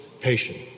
patient